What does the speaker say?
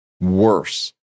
worse